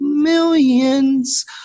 Millions